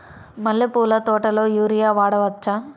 మల్లె పూల తోటలో యూరియా వాడవచ్చా?